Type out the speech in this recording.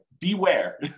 beware